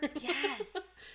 Yes